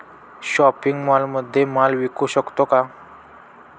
Shopping मॉलमध्ये माल विकू शकतो का?